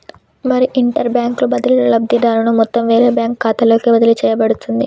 మరి inter bank బదిలీలో లబ్ధిదారుని మొత్తం వేరే బ్యాంకు ఖాతాలోకి బదిలీ చేయబడుతుంది